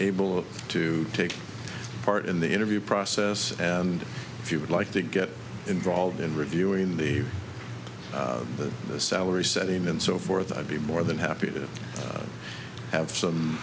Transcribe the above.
able to take part in the interview process and if you would like to get involved in reviewing the salary setting and so forth i'd be more than happy to have some